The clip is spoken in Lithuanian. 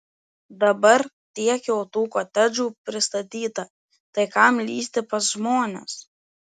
dabar tiek jau tų kotedžų pristatyta tai kam lįsti pas žmones